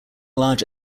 large